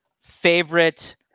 favorite